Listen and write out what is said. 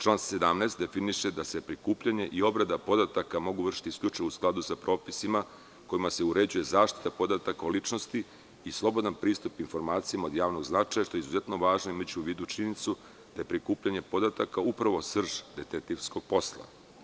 Član 17. definiše da se prikupljanje i obrada podataka mogu vršiti isključivo u skladu sa propisima kojima se uređuje zaštita podataka o ličnosti i slobodan pristup informacijama od javnog značaja, što je izuzetno važno, imajući u vidu činjenicu da je prikupljanje podataka upravo srž detektivskog posla.